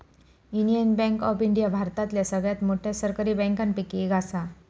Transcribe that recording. union bank of India भारतातल्या सगळ्यात मोठ्या सरकारी बँकांपैकी एक असा